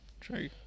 True